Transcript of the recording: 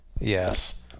Yes